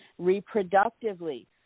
reproductively